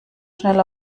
schnell